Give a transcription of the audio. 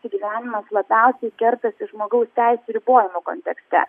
įgyvendinimas labiausiai kertasi žmogaus teisių ribojimo kontekste